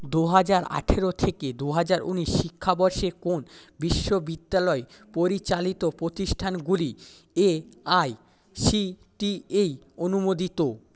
দুহাজার আঠারো থেকে দুহাজার ঊনিশ শিক্ষাবর্ষে কোন বিশ্ববিদ্যালয় পরিচালিত প্রতিষ্ঠানগুলো এআইসিটিই অনুমোদিত